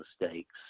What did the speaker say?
mistakes